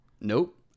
Nope